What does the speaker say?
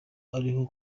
ariho